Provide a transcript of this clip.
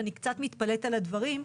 ואני קצת מתפלאת על הדברים,